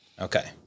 okay